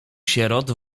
sierot